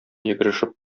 йөгерешеп